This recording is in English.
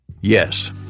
Yes